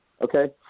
okay